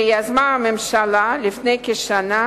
שיזמה הממשלה לפני כשנה,